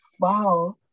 Wow